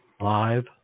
live